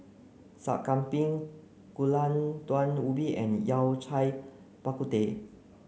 Sup Kambing Gulai Daun Ubi and Yao Cai Bak Kut Teh